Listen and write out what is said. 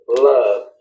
love